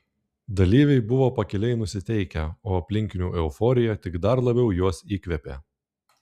dalyviai buvo pakiliai nusiteikę o aplinkinių euforija tik dar labiau juos įkvėpė